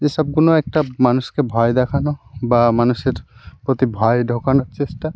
যে সবগুলো একটা মানুষকে ভয় দেখানো বা মানুষের প্রতি ভয় ঢোকানোর চেষ্টা